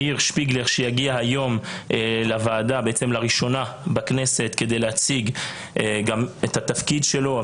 מאיר שפיגלר שיגיע היום לוועדה לראשונה כדי להציג את התפקיד שלו,